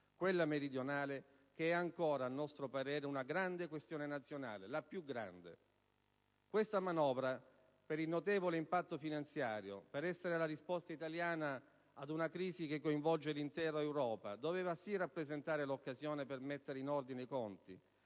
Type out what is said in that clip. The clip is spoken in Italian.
quella meridionale, che è ancora, a nostro parere, una grande questione nazionale, la più grande. Questa manovra, per il notevole impatto finanziario, per essere la risposta italiana ad una crisi che coinvolge l'intera Europa, doveva sì rappresentare l'occasione per mettere in ordine i conti,